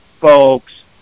folks